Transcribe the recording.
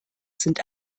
sind